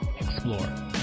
explore